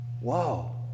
wow